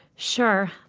sure.